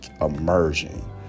emerging